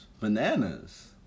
Bananas